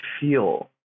feel